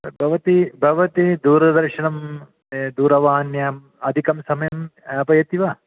तद् भवती भवती दूरदर्शनं दूरवाण्याम् अधिकं समयं यापयति वा